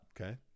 Okay